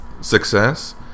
success